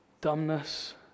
dumbness